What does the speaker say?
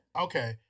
Okay